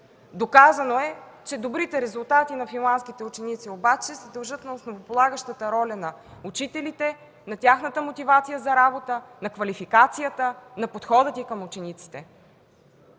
Доказано е, че добрите резултати на финландските ученици обаче се дължат на основополагащата роля на учителите, на тяхната мотивация за работа, на квалификацията, на подхода им към учениците.